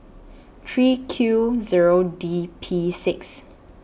three Q Zero D P six